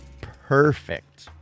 perfect